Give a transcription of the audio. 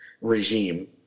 regime